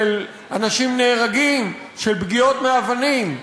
שאנשים נהרגים בשל פגיעות מאבנים,